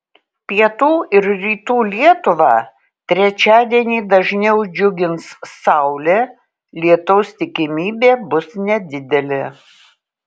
pietų ir rytų lietuvą trečiadienį dažniau džiugins saulė lietaus tikimybė bus nedidelė